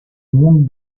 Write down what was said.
monde